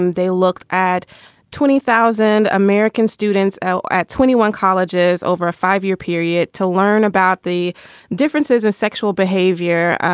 um they looked at twenty thousand american students out at twenty one colleges over a five year period to learn about the differences in sexual behavior,